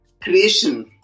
creation